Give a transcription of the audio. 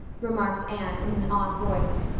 remarked anne in an awed voice.